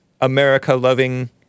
America-loving